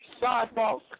sidewalk